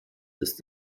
ist